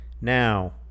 now